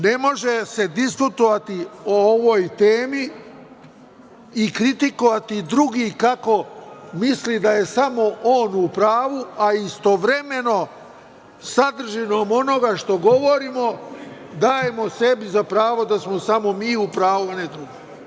Ne može se diskutovati o ovoj temi i kritikovati drugi kako misli da je samo on u pravu, a istovremeno sadržinom onoga što govorimo dajemo sebi za pravo da smo samo mi u pravu, a ne drugi.